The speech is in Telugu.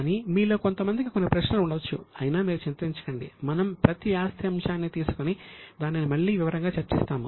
కానీ మీలో కొంతమందికి కొన్నిప్రశ్నలు ఉండవచ్చు అయినా మీరు చింతించకండి మనము ప్రతి ఆస్తి అంశాన్ని తీసుకుని దానిని మళ్ళీ వివరంగా చర్చిస్తాము